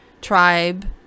Tribe